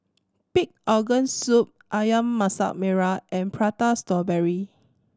pig organ soup Ayam Masak Merah and Prata Strawberry